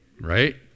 right